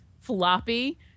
floppy